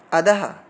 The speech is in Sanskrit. अधः